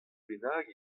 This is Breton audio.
bennak